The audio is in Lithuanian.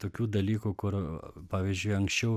tokių dalykų kur pavyzdžiui anksčiau